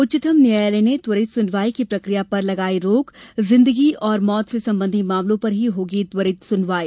उच्चतम न्यायालय ने त्वरित सुनवाई की प्रक्रिया पर लगाई रोक जिंदगी और मौत से संबंधी मामलों पर ही होगी त्वरित सुनवाई